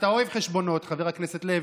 ואתה אוהב חשבונות, חבר הכנסת לוי,